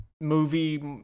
movie